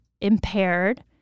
impaired